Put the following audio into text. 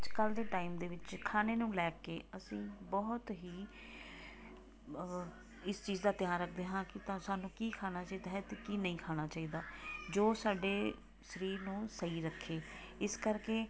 ਅੱਜ ਕੱਲ ਦੇ ਟਾਈਮ ਦੇ ਵਿੱਚ ਖਾਣੇ ਨੂੰ ਲੈ ਕੇ ਅਸੀਂ ਬਹੁਤ ਹੀ ਇਸ ਚੀਜ਼ ਦਾ ਧਿਆਨ ਰੱਖਦੇ ਹਾਂ ਕਿੱਦਾਂ ਸਾਨੂੰ ਕੀ ਖਾਣਾ ਚਾਹੀਦਾ ਹੈ ਅਤੇ ਕੀ ਨਹੀਂ ਖਾਣਾ ਚਾਹੀਦਾ ਜੋ ਸਾਡੇ ਸਰੀਰ ਨੂੰ ਸਹੀ ਰੱਖੇ ਇਸ ਕਰਕੇ